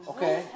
Okay